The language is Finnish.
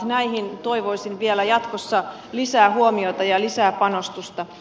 näihin toivoisin vielä jatkossa lisää huomiota ja lisää panostusta